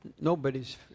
Nobody's